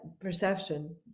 perception